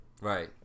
right